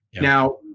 Now